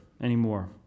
anymore